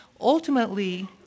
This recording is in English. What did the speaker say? Ultimately